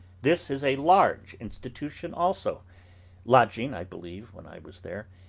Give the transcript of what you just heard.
this is a large institution also lodging, i believe, when i was there,